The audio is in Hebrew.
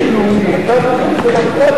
זה עסק לאומי,